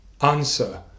answer